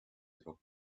throw